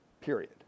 period